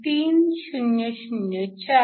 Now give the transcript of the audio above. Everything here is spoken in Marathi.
3004